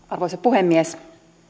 arvoisa puhemies